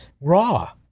raw